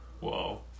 Whoa